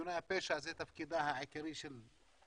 ארגוני הפשע זה תפקידה העיקרי של המשטרה,